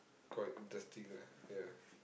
quite interesting lah ya